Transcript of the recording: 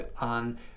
on